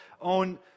own